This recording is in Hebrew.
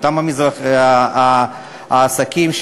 ואותם עסקים,